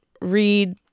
read